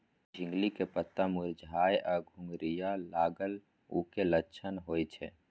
झिंगली के पत्ता मुरझाय आ घुघरीया लागल उ कि लक्षण होय छै?